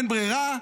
אין ברירה,